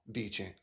dice